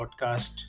podcast